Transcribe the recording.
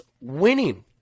winning